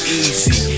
easy